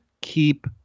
keep